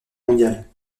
mondiale